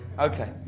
okay.